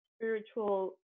spiritual